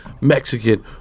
Mexican